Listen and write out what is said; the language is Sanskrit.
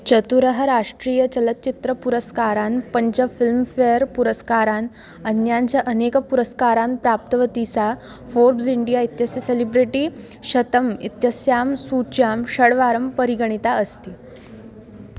चतुरः राष्ट्रीयचलच्चित्रपुरस्कारान् पञ्च फ़िल्म फेर् पुरस्कारान् अन्याञ्च अनेकपुरस्कारान् प्राप्तवती सा फ़ोर्ब्स् इण्डिया इत्यस्य सेलिब्रिटी शतम् इत्यस्यां सूच्यां षड्वारं परिगणिता अस्ति